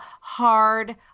hard